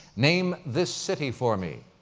name this city for me.